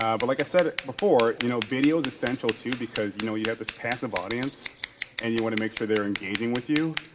um but like i said before, you know, video is essential, too, because, you know, you have this passive audience and you want to make sure they're engaging with you.